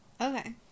Okay